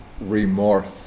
remorse